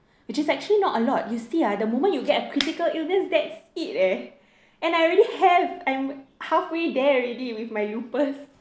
which is actually not a lot you see ah the moment you get a critical illness that's it eh and I already have I'm halfway there already with my lupus